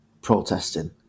protesting